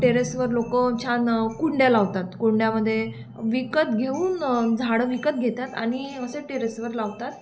टेरेसवर लोकं छान कुंड्या लावतात कुंड्यामध्ये विकत घेऊन झाडं विकत घेतात आणि असे टेरेसवर लावतात